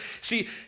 see